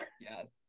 Yes